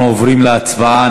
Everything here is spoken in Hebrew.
אנחנו עוברים להצבעה.